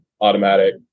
automatic